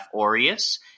aureus